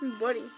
Buddy